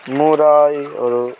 मुरैहरू